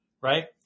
right